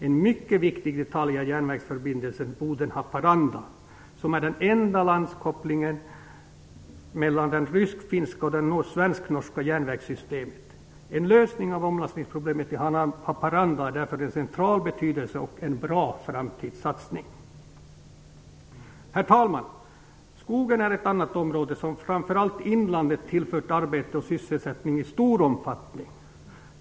En mycket viktig detalj är järnvägsförbindelsen Boden-Haparanda, som är den enda landkopplingen mellan det rysk-finska och det svensk-norska järnvägssystemet. En lösning av omlastningsproblemet i Haparanda är därför av central betydelse och en bra framtidssatsning. Herr talman! Skogen är ett annat område som har tillfört arbete och sysselsättning i stor omfattning framför allt i inlandet.